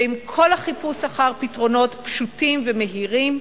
ועם כל החיפוש אחר פתרונות פשוטים ומהירים,